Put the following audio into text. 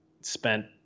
spent